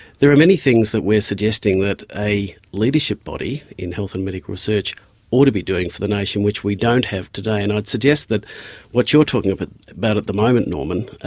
there are many things that we are suggesting that a leadership body in health and medical medical research ought to be doing for the nation which we don't have today. and i'd suggest that what you're talking but about at the moment, norman,